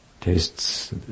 tastes